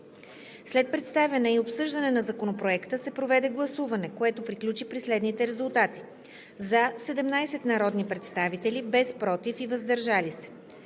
След представяне и обсъждане на Законопроекта се проведе гласуване, което приключи при следните резултати: 17 гласа „за“, без „против“ и „въздържал се“.